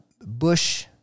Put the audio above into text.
bush